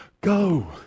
go